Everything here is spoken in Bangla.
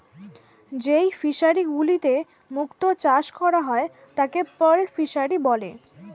যেই ফিশারি গুলিতে মুক্ত চাষ করা হয় তাকে পার্ল ফিসারী বলে